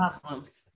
Problems